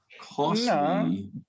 costly